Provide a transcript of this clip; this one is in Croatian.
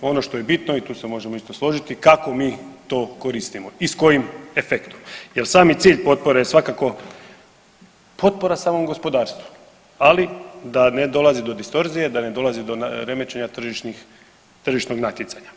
Ono što je bitno i tu se možemo isto složiti kako mi to koristimo i s kojim efektom jel sami cilj potpore je svakako potpora samom gospodarstvu, ali da ne dolazi do distorzije, da ne dolazi do remećenja tržišnih, tržišnog natjecanja.